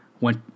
Went